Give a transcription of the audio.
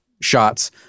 shots